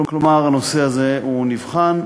כלומר, הנושא הזה נבחן,